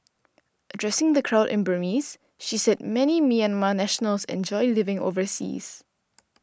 addressing the crowd in Burmese she said many Myanmar nationals enjoy living overseas